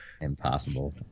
Impossible